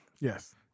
Yes